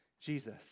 Jesus